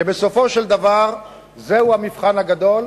כי בסופו של דבר זהו המבחן הגדול,